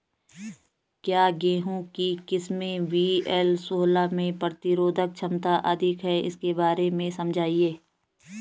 क्या गेहूँ की किस्म वी.एल सोलह में प्रतिरोधक क्षमता अधिक है इसके बारे में समझाइये?